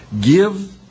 give